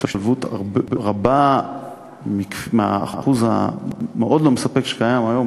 השתלבות רבה מהאחוז המאוד-לא-מספק שקיים היום,